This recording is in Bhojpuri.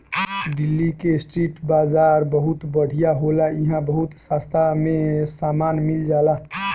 दिल्ली के स्ट्रीट बाजार बहुत बढ़िया होला इहां बहुत सास्ता में सामान मिल जाला